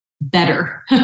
better